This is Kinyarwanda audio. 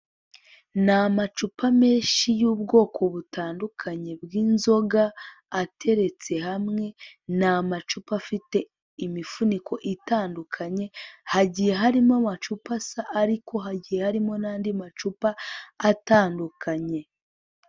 Ni amacupa menshi y'ubwoko butandukanye bw'inzoga ateretse hamwe, n'amacupa afite imifuniko itandukanye hagiye harimo amacupa asa ariko hagiye harimo n'andi macupa atandukanye.